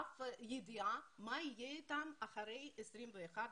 אף ידיעה מה יהיה איתם אחרי 21 ביוני.